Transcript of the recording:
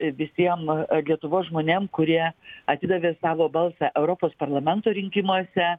visiem lietuvos žmonėm kurie atidavė savo balsą europos parlamento rinkimuose